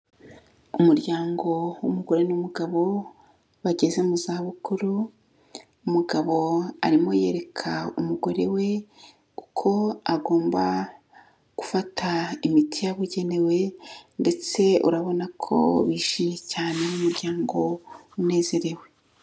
Umuryango w'umugore n'umugabo bageze mu zabukuru, umugabo arimo yereka umugore we uko agomba gufata imiti yabugenewe ndetse urabona ko bishimye cyane nk'umuryango unezerewe.